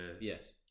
yes